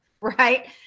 right